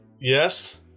Yes